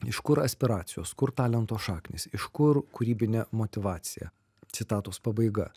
iš kur aspiracijos kur talento šaknys iš kur kūrybinė motyvacija citatos pabaiga